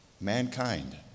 mankind